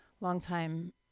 longtime